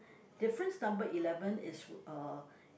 difference number eleven is uh